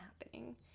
happening